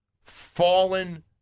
fallen